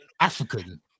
African